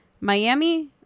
Miami